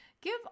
Give